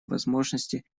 возможности